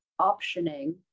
optioning